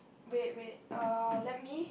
wait wait uh let me